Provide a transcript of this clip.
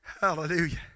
Hallelujah